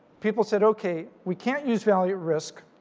people said okay, we can't use value risk.